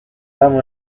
dame